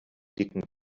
dicken